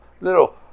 Little